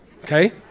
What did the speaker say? Okay